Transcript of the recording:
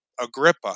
Agrippa